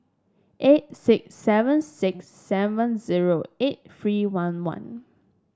eight six seven six seven zero eight three one one